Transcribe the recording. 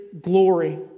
glory